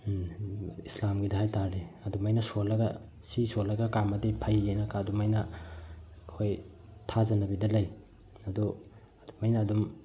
ꯏꯁꯂꯥꯝꯒꯤꯗ ꯍꯥꯏ ꯇꯥꯔꯗꯤ ꯑꯗꯨꯃꯥꯏꯅ ꯁꯣꯜꯂꯒ ꯁꯤ ꯁꯣꯜꯂꯒ ꯀꯥꯝꯃꯗꯤ ꯐꯩꯑꯅ ꯑꯗꯨꯃꯥꯏꯅ ꯑꯩꯈꯣꯏ ꯊꯥꯖꯅꯕꯤꯗ ꯂꯩ ꯑꯗꯣ ꯑꯗꯨꯃꯥꯏꯅ ꯑꯗꯨꯝ